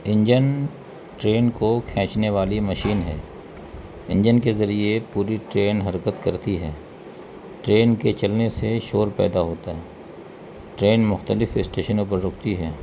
engine train کو کھینچنے والی مشین ہے انجن کے ذریعے پوری ٹرین حرکت کرتی ہے ٹرین کے چلنے سے شور پیدا ہوتا ہے ٹرین مختلف اسٹیشنوں پر رکتی ہے